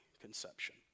conception